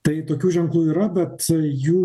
tai tokių ženklų yra bet jų